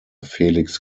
felix